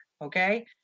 Okay